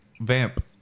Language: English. vamp